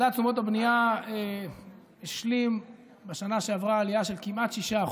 מדד תשומות הבנייה השלים בשנה שעברה עלייה של כמעט 6%,